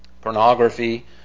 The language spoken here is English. Pornography